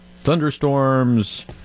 thunderstorms